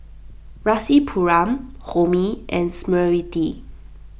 Rasipuram Homi and Smriti